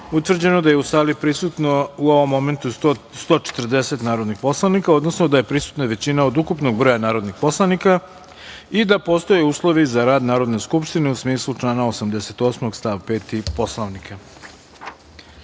utvrđeno da je u sali prisutno u ovom momentu 140 narodnih poslanika, odnosno da je prisutna većina od ukupnog broja narodnih poslanika i da postoje uslovi za rad Narodne skupštine u smislu člana 88. stav 5. Poslovnika. Da